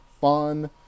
fun